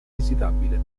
visitabile